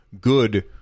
good